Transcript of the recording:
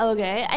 Okay